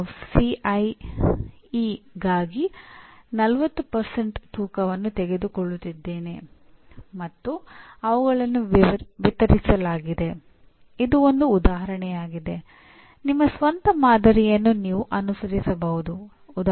ನಾನು ಹೇಳಿದಂತೆ ಒಬಿಇ ಕೆಲವು ಅಗತ್ಯ ವಿಷಯಗಳನ್ನು ಖಾತರಿಪಡಿಸುವುದಿಲ್ಲ ಮತ್ತು ಅದಕ್ಕಿಂತ ಹೆಚ್ಚಾಗಿ ಅನ್ವೇಷಿಸುವುದು ಶಿಕ್ಷಕ ಸಂಸ್ಥೆ ಮತ್ತು ವಿದ್ಯಾರ್ಥಿಗಳಿಗೆ ಬಿಟ್ಟದ್ದು